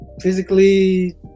physically